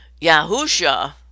Yahusha